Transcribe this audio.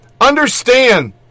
understand